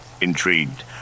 Intrigued